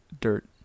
dirt